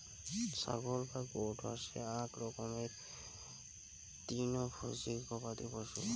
ছাগল বা গোট হসে আক রকমের তৃণভোজী গবাদি পশু